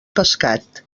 pescat